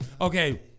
okay